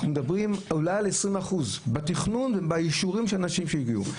אנחנו מדברים אולי על 20% בתכנון ובאישורים של אנשים שהגיעו.